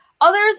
others